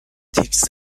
تیتر